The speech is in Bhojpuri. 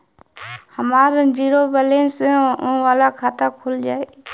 हमार जीरो बैलेंस वाला खाता खुल जाई?